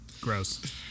Gross